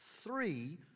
three